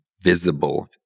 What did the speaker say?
visible